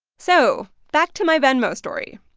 so back to my venmo story.